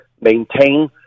maintain